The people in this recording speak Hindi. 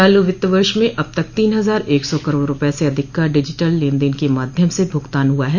चालू वित्त वर्ष में अब तक तीन हजार एक सौ करोड़ रुपये से अधिक का डिजिटल लेन देन के माध्यम से भुगतान हुआ है